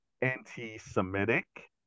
anti-Semitic